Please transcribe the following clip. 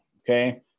okay